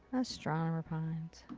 astronomer pines.